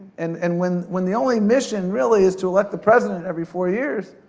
and and when when the only mission really is to elect the president every four years,